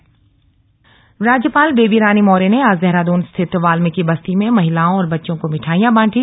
राज्यपाल दीपावली राज्यपाल बेबी रानी मौर्य ने आज देहरादून स्थित वाल्मीकि बस्ती में महिलाओं और बच्चों को मिठाइयां बांटी